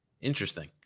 Interesting